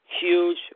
huge